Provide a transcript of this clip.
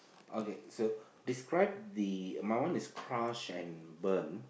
okay so describe the my one is crush and burn